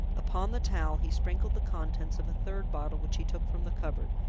upon the towel he sprinkled the contents of a third bottle which he took from the cupboard,